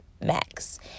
max